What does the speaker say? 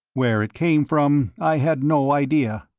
where it came from i had no idea.